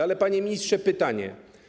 Ale, panie ministrze, pytanie.